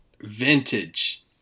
vintage